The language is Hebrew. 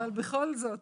אבל בכל זאת,